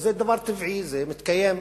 זה דבר טבעי, זה מתקיים.